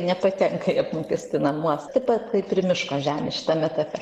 nepatenka į apmokestinamos taip pat kaip ir miško žemė šitame etape